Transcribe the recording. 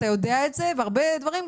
אתה יודע את זה בהרבה דברים,